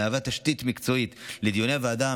המהווה תשתית מקצועית לדיוני הוועדה,